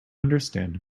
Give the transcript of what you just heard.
understand